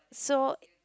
so